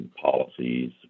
policies